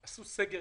עשו סגר,